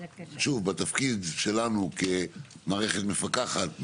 שוב, בתפקיד שלנו כמערכת מפקחת,